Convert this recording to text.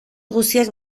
guztiak